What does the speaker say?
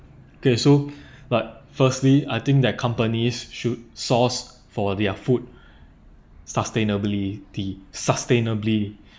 kay so but firstly I think that companies should source for their food sustainability sustainably